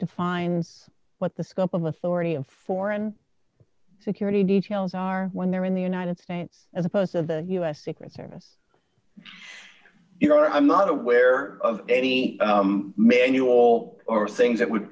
defines what the scope of authority of foreign security details are when they're in the united states as opposed to the u s secret service you know i'm not aware of any manual or things that would